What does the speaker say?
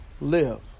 live